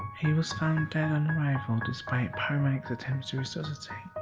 he was found dead on arrival despite paramedics attempt to resuscitate.